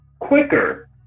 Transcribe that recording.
quicker